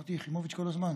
אמרתי יחימוביץ' כל הזמן?